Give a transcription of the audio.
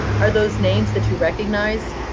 are those names that you recognize?